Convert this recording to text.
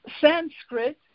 Sanskrit